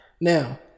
Now